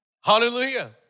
Hallelujah